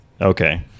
Okay